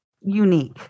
unique